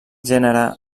gènere